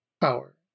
power